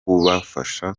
kubafasha